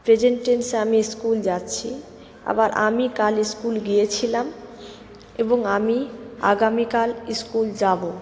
present টেনসে আমি school যাচ্ছি আবার আমি কাল স্কুল গিয়েছিলাম এবং আমি আগামীকাল স্কুল যাবো